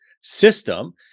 system